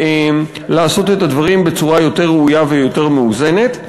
ולעשות את הדברים בצורה יותר ראויה ויותר מאוזנת.